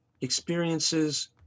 experiences